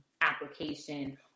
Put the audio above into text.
application